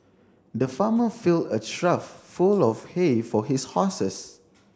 the farmer filled a trough full of hay for his horses